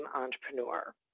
entrepreneur